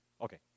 Okay